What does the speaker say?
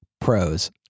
pros